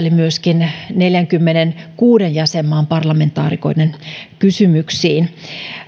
ja myöskin vastaili neljäänkymmeneenkuuteen jäsenmaan parlamentaarikoiden kysymyksiin